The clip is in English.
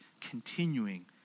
continuing